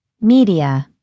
Media